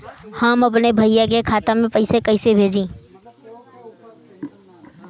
हम अपने भईया के खाता में पैसा कईसे भेजी?